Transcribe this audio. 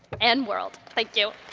and world. thank you.